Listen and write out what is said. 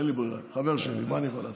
אין לי ברירה, חבר שלי, מה אני יכול לעשות.